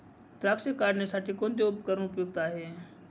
द्राक्ष काढणीसाठी कोणते उपकरण उपयुक्त आहे?